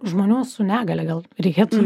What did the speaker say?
žmonių su negalia gal reikėtų